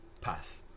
Pass